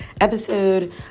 episode